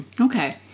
Okay